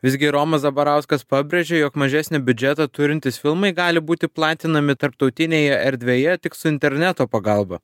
visgi romas zabarauskas pabrėžė jog mažesnį biudžetą turintys filmai gali būti platinami tarptautinėje erdvėje tik su interneto pagalba